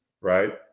right